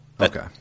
Okay